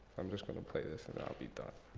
i'm just going to play this, and i'll be done.